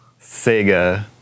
Sega